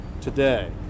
today